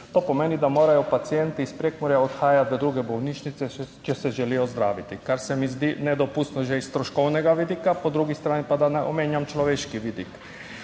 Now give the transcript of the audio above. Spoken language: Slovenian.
to pomeni, da morajo pacienti iz Prekmurja odhajati v druge bolnišnice, če se želijo zdraviti, kar se mi zdi nedopustno že s stroškovnega vidika. Po drugi strani pa, da ne omenjam človeški vidik.